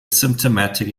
symptomatic